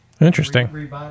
Interesting